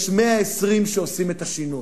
יש 120 שעושים את השינוי.